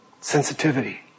Sensitivity